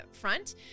front